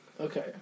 Okay